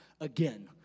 again